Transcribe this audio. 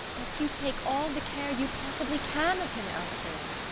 but you take all the care you possibly can of him, alfred!